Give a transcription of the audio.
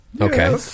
okay